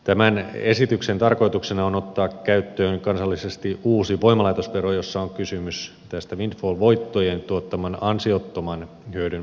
tämän esityksen tarkoituksena on ottaa käyttöön kansallisesti uusi voimalaitosvero jossa on kysymys tästä windfall voittojen tuottaman ansiottoman hyödyn verotuksesta